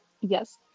Yes